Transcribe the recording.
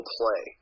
play